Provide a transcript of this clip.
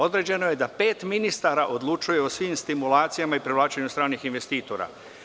Određeno je da pet ministara odlučuje o svim stimulacijama i privlačenju stranih investitora.